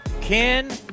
ken